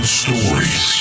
stories